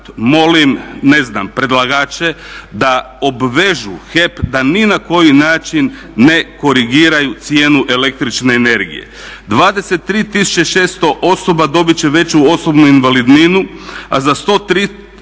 molim predlagače da obvežu HEP da ni na koji način ne korigiraju cijenu električne energije. 23600 osoba dobit će veću osobnu invalidninu, a za 103800